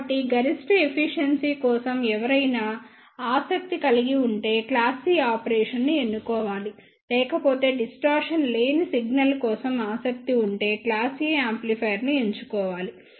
కాబట్టి గరిష్ట ఎఫిషియెన్సీ కోసం ఎవరైనా ఆసక్తి కలిగి ఉంటే క్లాస్ C ఆపరేషన్ను ఎన్నుకోవాలి లేకపోతే డిస్టార్షన్ లేని సిగ్నల్ కోసం ఆసక్తి ఉంటే క్లాస్ A యాంప్లిఫైయర్ ఎంచుకోవాలి